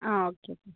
ആ ഓക്കേ അപ്പോൾ